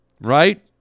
Right